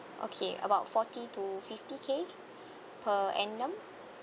okay about forty to fifty K per annum